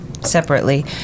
separately